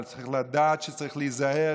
אבל צריך לדעת שצריך להיזהר,